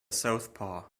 southpaw